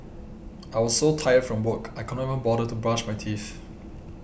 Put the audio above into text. I was so tired from work I could not bother to brush my teeth